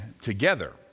together